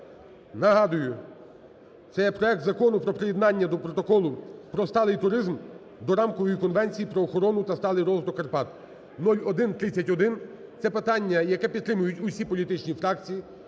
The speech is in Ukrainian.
Нагадую: це є проект Закону про приєднання до Протоколу про сталий туризм до Рамкової конвенції про охорону та сталий розвиток Карпат (0131). Це питання, яке підтримують усі політичні фракції.